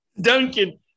Duncan